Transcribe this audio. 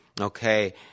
okay